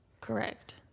Correct